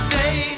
day